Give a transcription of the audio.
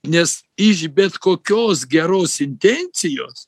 nes iš bet kokios geros intencijos